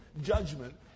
judgment